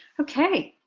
okay,